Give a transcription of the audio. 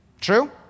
True